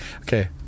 okay